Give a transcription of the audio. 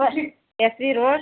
SV road